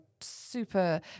super